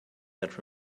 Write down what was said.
that